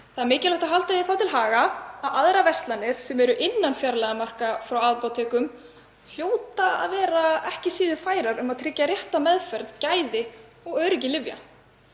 Það er mikilvægt að halda því til haga að aðrar verslanir sem eru innan fjarlægðarmarka frá apótekum hljóta ekki síður að vera færar um að tryggja rétta meðferð, gæði og öryggi lyfja.